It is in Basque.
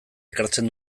ekartzen